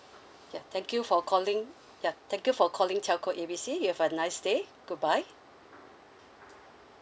ya thank you for calling ya thank you for calling telco A B C you have a nice day good bye